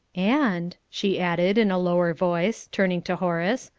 and, she added, in a lower voice, turning to horace,